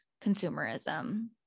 consumerism